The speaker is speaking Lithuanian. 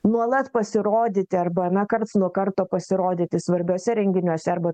nuolat pasirodyti arba na karts nuo karto pasirodyti svarbiuose renginiuose arba